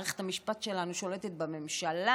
שמערכת המשפט שלנו שולטת בממשלה,